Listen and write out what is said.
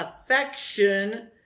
affection